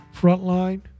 Frontline